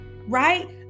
right